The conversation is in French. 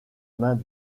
mains